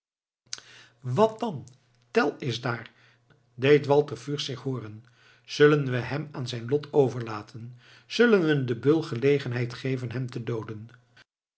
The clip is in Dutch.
wat dan tell is daar deed walter fürst zich hooren zullen we hem aan zijn lot overlaten zullen we den beul gelegenheid geven hem te dooden